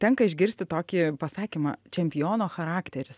tenka išgirsti tokį pasakymą čempiono charakteris